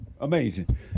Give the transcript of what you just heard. Amazing